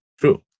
true